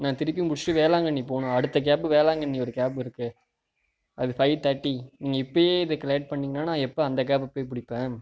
நான் திருப்பி முடிஷ்ட்டு வேளாங்கண்ணி போகணும் அடுத்த கேபு வேளாங்கண்ணி ஒரு கேப் இருக்கு அது ஃபைவ் தேர்ட்டி நீங்கள் இப்பயே இதுக்கு லேட் பண்ணிங்கனா நான் எப்போ அந்த கேபை போய் பிடிப்பேன்